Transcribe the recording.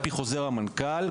על פי חוזר המנכ"ל,